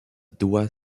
doit